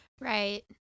Right